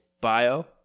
bio